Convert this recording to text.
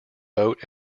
boat